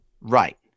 right